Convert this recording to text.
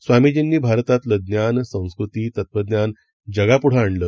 स्वामीजींनीभारतातलंज्ञान संस्कृती तत्वज्ञानजगापुढेआणलं